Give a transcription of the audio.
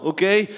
Okay